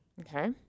Okay